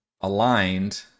aligned